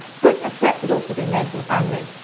but a set had also been made for the family.